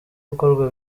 gukorwa